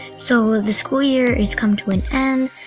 so the school year has come to an end.